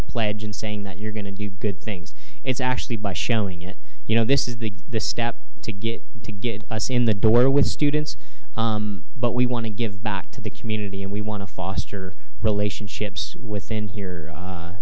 a pledge and saying that you're going to do good things it's actually by showing it you know this is the step to get to get us in the door with students but we want to give back to the community and we want to foster relationships within